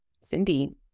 Cindy